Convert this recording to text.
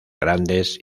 grandes